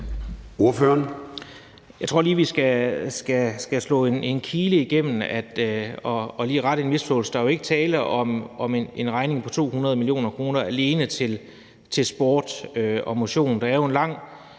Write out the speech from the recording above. Kronborg (S): Jeg tror lige, at vi skal slå en kile igennem det og lige rette en misforståelse. Der er jo ikke tale om en regning på 200 mio. kr. alene til sport og motion. Der er jo en lang